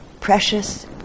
precious